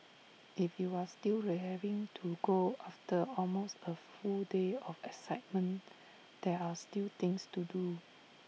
if you are still raring to go after almost A full day of excitement there are still things to do